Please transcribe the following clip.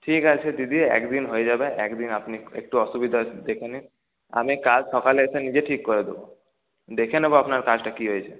ঠিক আছে দিদি একদিন হয়ে যাবে একদিন আপনি একটু অসুবিধা দেখে নিন আমি কাল সকালে এসে নিজে ঠিক করে দেব দেখে নেব আপনার কাজটা কি হয়েছে